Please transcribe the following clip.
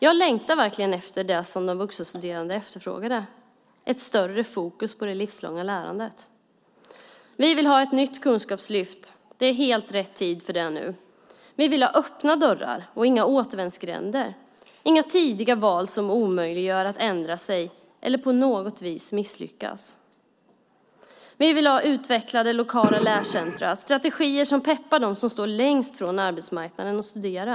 Jag längtar verkligen efter det som de vuxenstuderande efterfrågade, ett större fokus på det livslånga lärandet. Vi vill ha ett nytt kunskapslyft. Det är helt rätt tid för det nu. Vi vill ha öppna dörrar och inga återvändsgränder, inga tidiga val som gör det omöjligt att ändra sig eller på något vis misslyckas. Vi vill ha utvecklade lokala lärcentrum och strategier som peppar dem som står längst från arbetsmarknaden att studera.